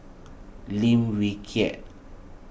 Lim Wee Kiak